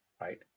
right